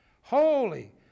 Holy